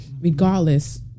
regardless